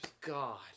god